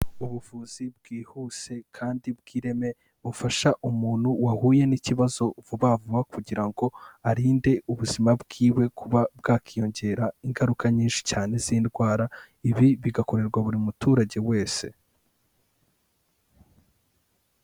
Ubuvuzi bwihuse kandi bw'ireme, bufasha umuntu wahuye n'ikibazo vuba vuba kugira ngo arinde ubuzima bwiwe kuba bwakiyongeraho ingaruka nyinshi cyane z'indwara, ibi bigakorerwa buri muturage wese.